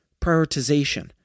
prioritization